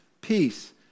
peace